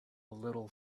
little